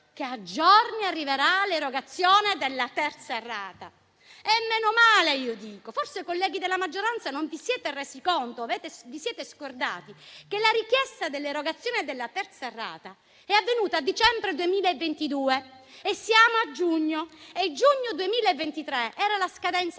che a giorni arriverà l'erogazione della terza rata. E meno male, io dico. Forse, colleghi della maggioranza, non vi siete resi conto e vi siete scordati che la richiesta dell'erogazione della terza rata è avvenuta a dicembre 2022; siamo a giugno 2023, termine della scadenza